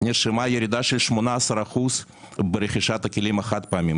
נרשמה ירידה של 18% ברכישת הכלים החד-פעמיים.